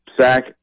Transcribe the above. sack